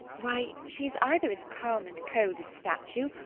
why, she is either as calm and cold as a statue,